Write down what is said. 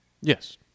Yes